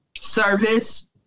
service